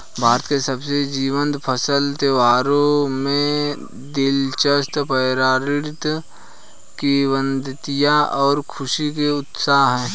भारत के सबसे जीवंत फसल त्योहारों में दिलचस्प पौराणिक किंवदंतियां और खुशी के उत्सव है